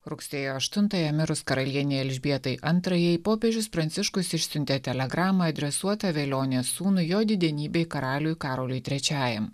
rugsėjo aštuntąją mirus karalienei elžbietai antrajai popiežius pranciškus išsiuntė telegramą adresuotą velionės sūnui jo didenybei karaliui karoliui trečiajam